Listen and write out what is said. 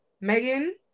Megan